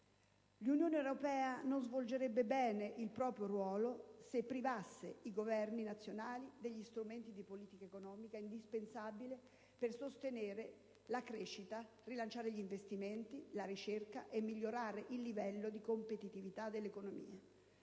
L'Unione europea non svolgerebbe bene il proprio ruolo se privasse i Governi nazionali degli strumenti di politica economica indispensabili per sostenere la crescita, rilanciare gli investimenti e la ricerca e migliorare il livello di competività dell'economia.